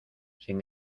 sin